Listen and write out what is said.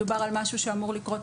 מדובר על משהו שאמור לקרות